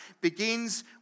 begins